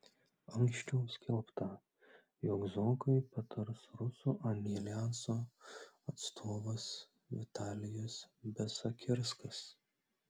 anksčiau skelbta jog zuokui patars rusų aljanso atstovas vitalijus besakirskas